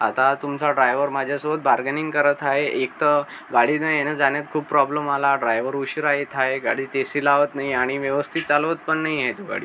आता तुमचा ड्रायवर माझ्यासोबत बार्गेनिंग करत आहे एक तर गाडीनं येणं जाण्यात खूप प्रॉब्लम आला ड्रायवर उशिरा येत आहे गाडीत ए सी लावत नाही आणि व्यवस्थित चालवत पण नाही आहे तो गाडी